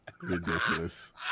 Ridiculous